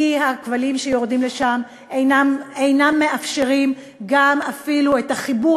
כי הכבלים שיורדים לשם אינם מאפשרים אפילו את החיבור